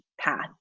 path